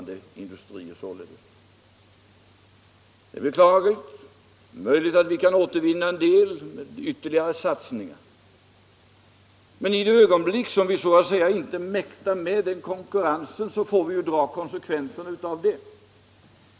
Det är möjligt att vi kan återvinna en del med ytterligare satsningar, men i det ögonblick vi så att säga inte mäktar med denna konkurrens får vi ta konsekvenserna av den.